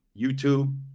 YouTube